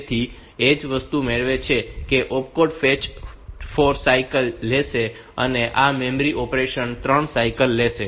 તેથી એ જ વસ્તુ મેળવે છે કે opcode fetch 4 સાયકલ લેશે અને આ મેમરી રીડ ઓપરેશન 3 સાયકલ લેશે